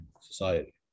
society